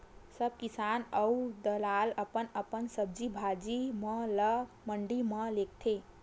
सब किसान अऊ दलाल अपन अपन सब्जी भाजी म ल मंडी म लेगथे